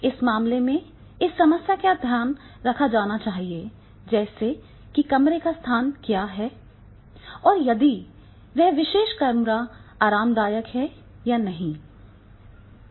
इस मामले में इस समस्या का ध्यान रखा जाना चाहिए जैसे कि कमरे का स्थान क्या है और यदि वह विशेष कमरा आरामदायक है या नहीं